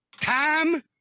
Time